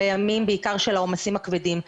בימים בעיקר של העומסים הכבדים.